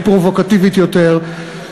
מי פרובוקטיבית יותר,